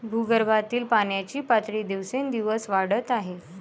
भूगर्भातील पाण्याची पातळी दिवसेंदिवस वाढत आहे